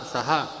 Saha